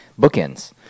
Bookends